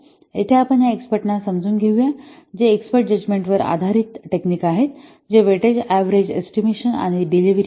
येथे आपण या एक्स्पर्टना समजून घेऊया जे एक्स्पर्ट जजमेंट वर आधारीत टेक्निक आहेत जे वेटेड ऍवरेज एस्टिमेशन आणि डिलिव्हरी आहे